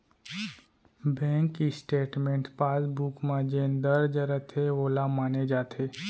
bank statement passbook म जेन दर्ज रथे वोला माने जाथे